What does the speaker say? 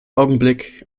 augenblick